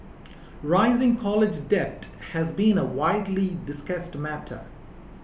rising college debt has been a widely discussed matter